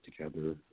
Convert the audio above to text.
together